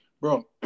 Bro